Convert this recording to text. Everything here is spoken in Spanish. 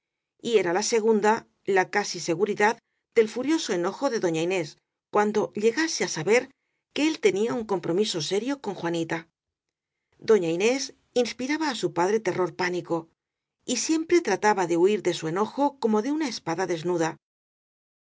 y era la segunda la casi seguridad del furioso enojo de doña inés cuando llegase á saber que él tenía un compromiso serio con juanita doña inés inspiraba á su padre terror pánico y siempre trataba de huir de su enojo como de una espada desnuda